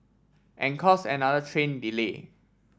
and cause another train delay